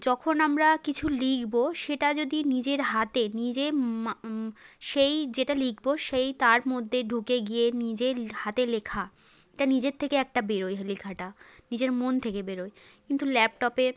যখন আমরা কিছু লিখবো সেটা যদি নিজের হাতে নিজে মা সেই যেটা লিখবো সেই তার মধ্যে ঢুকে গিয়ে নিজের হাতে লেখা তা নিজের থেকে একটা বেরোয় লেখাটা নিজের মন থেকে বেরোয় কিন্তু ল্যাপটপে